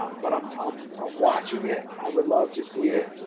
um but i'm um ah watching it, i would love to see it, you